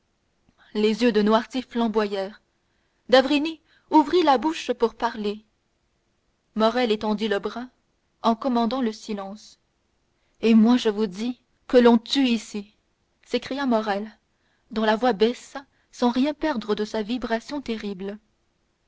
les yeux de noirtier flamboyèrent d'avrigny ouvrit la bouche pour parler morrel étendit le bras en commandant le silence et moi je vous dis que l'on tue ici s'écria morrel dont la voix baissa sans rien perdre de sa vibration terrible